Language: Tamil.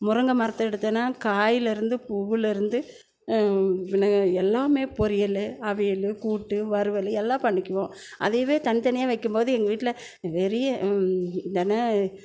முருங்க மரத்தை எடுத்தேன்னா காய்லருந்து பூவுலருந்து எல்லாமே பொரியல் அவியல் கூட்டு வறுவல் எல்லாம் பண்ணிக்குவோம் அதையவே தனித்தனியாக வைக்கும் போது எங்கள் வீட்டில் பெரிய தினம்